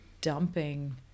dumping